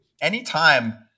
anytime